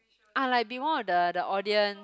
ah like be one of the the audience